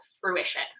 fruition